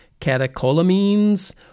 catecholamines